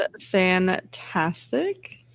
fantastic